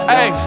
Hey